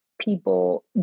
people